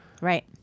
Right